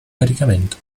caricamento